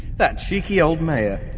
that cheeky old mayor!